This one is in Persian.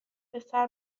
پسر